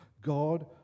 God